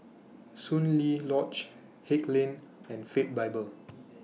Soon Lee Lodge Haig Lane and Faith Bible